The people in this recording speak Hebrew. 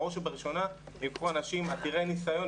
בראש ובראשונה הם ייקחו אנשים עתירי ניסיון,